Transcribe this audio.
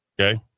Okay